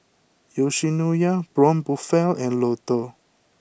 Yoshinoya Braun Buffel and Lotto